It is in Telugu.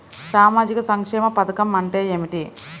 సామాజిక సంక్షేమ పథకం అంటే ఏమిటి?